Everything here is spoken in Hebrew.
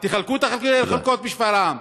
בהתנהגות ממש רעה של המשטרה.